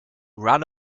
ran